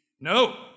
no